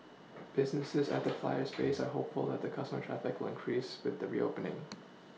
businesses at the Flyer's base are hopeful that the customer traffic will increase with the reopening